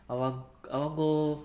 I want I want go